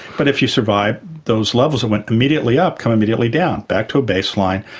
but if you survive, those levels that went immediately up come immediately down, back to a baseline,